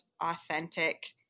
authentic